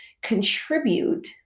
contribute